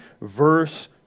verse